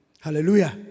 Hallelujah